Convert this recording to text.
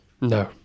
No